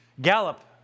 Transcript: Gallup